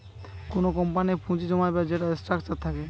কুনো কোম্পানির পুঁজি জমাবার যেইটা স্ট্রাকচার থাকে